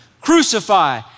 Crucify